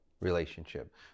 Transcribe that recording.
relationship